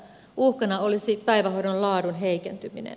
uhkana olisi päivähoidon laadun heikentyminen